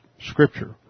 scripture